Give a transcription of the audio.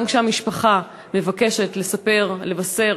גם כשהמשפחה מבקשת לספר, לבשר